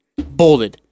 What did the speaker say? Bolded